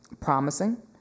promising